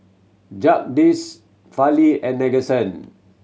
Jagadish Fali and Nadesan